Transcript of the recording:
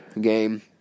game